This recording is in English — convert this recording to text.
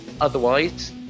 otherwise